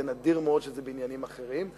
זה נדיר בעניינים אחרים.